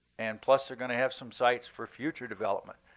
and plus they're going to have some sites for future development.